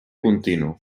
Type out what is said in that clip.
continu